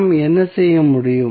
நாம் என்ன செய்ய முடியும்